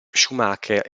schumacher